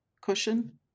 cushion